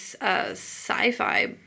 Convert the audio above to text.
sci-fi